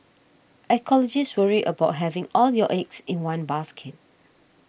ecologists worry about having all your eggs in one basket